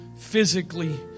physically